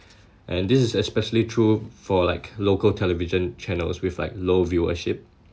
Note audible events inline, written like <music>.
or <breath> and this is especially true for like local television channels with like low viewership